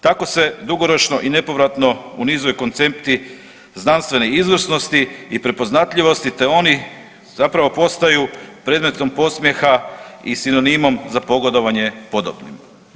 Tako se dugoročno i nepovratno unizuju koncepti znanstvene izvrsnosti i prepoznatljivosti, te oni zapravo postaju predmetom podsmjeha i sinonimom za pogodovanje podobnima.